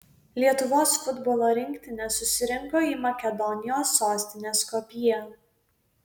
lietuvos futbolo rinktinė susirinko į makedonijos sostinę skopję